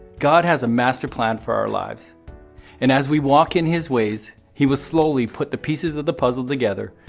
god has a masterplan for our lives and as we walk in his ways, he will slowly put the pieces of the puzzle together,